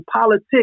politics